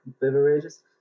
beverages